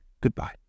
goodbye